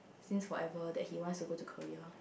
since forever that he wants to go to Korea